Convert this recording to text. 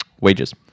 wages